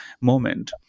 moment